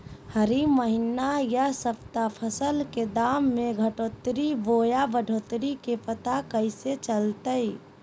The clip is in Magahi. हरी महीना यह सप्ताह फसल के दाम में घटोतरी बोया बढ़ोतरी के पता कैसे चलतय?